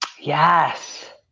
Yes